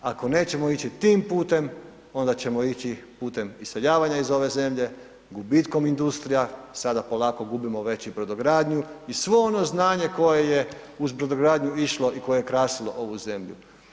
Ako nećemo ići tim putem onda ćemo ići putem iseljavanja iz ove zemlje, gubitkom industrija, sada polako gubimo već i brodogradnju i svu ono znanje koje je uz brodogradnju išlo i koje je krasilo ovu zemlju.